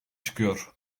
çıkıyor